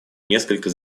несколько